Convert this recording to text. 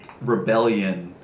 rebellion